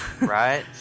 right